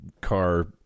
car